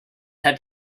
had